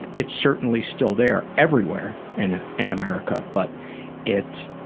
it's certainly still there, everywhere in and america, but it's,